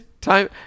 time